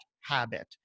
habit